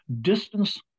distance